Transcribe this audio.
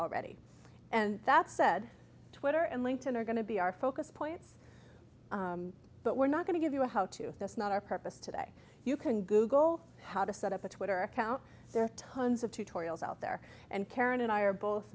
already and that said twitter and linked in are going to be our focus points but we're not going to give you a how to that's not our purpose today you can google how to set up a twitter account there are tons of tutorials out there and karen and i are both